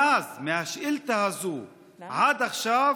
מאז, עד עכשיו,